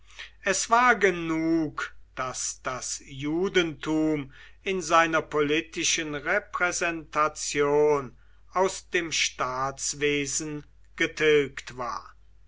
es war genug daß das judentum in seiner politischen repräsentation aus dem staatswesen getilgt war